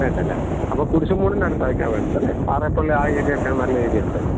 വേണ്ടല്ലേ അപ്പം ആ ഏരിയാ ഒക്കെ നല്ല ഏരിയ ഉണ്ട്